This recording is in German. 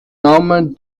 namen